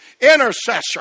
intercessor